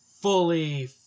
fully